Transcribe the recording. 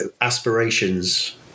aspirations